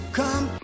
come